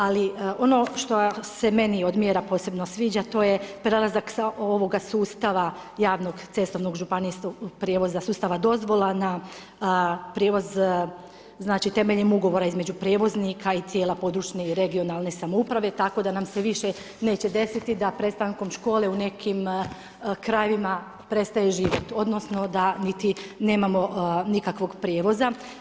Ali ono što se meni od mjera posebno sviđa to je prelazak sa ovog sustava javnog cestovnog županijskog prijevoza sustava dozvola na prijevoz temeljem ugovora između prijevoznika i cijele područne i regionalne samouprave tako da nam se više neće desiti da prestankom škole u nekim krajevima prestaju živjeti odnosno da niti nemamo nikakvog prijevoza.